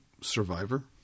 Survivor